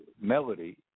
melody